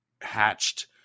hatched